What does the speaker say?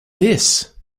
this